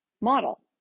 model